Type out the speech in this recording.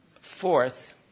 Fourth